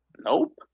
nope